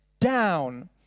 down